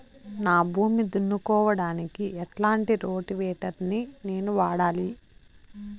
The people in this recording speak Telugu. నా భూమి దున్నుకోవడానికి ఎట్లాంటి రోటివేటర్ ని నేను వాడాలి?